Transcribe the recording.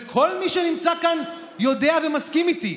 וכל מי שנמצא כאן יודע ומסכים איתי,